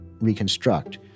reconstruct